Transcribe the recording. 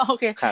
Okay